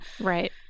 right